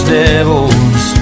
devils